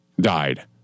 died